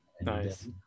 Nice